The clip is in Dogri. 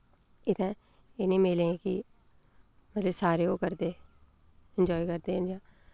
इत्थै इटनें मेलें की मतलब सारे ओह् करदे एन्जाय करदे न